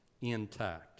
intact